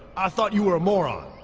i thought you were moron